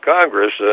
Congress